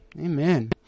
Amen